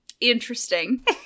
Interesting